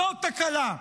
זאת תקלה.